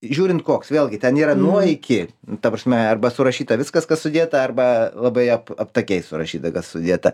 žiūrint koks vėlgi ten yra nuo iki ta prasme arba surašyta viskas kas sudėta arba labai ap aptakiai surašyta kas sudėta